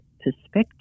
perspective